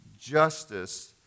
justice